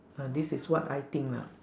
uh this is what I think lah